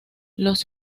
los